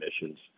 emissions